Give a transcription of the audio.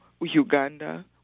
Uganda